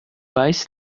weiß